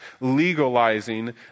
legalizing